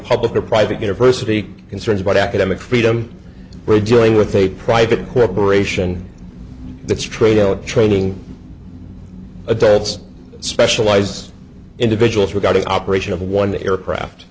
public or private university concerns about academic freedom for joining with a private corporation the trail of training adults specialize individuals regarding operation of one the aircraft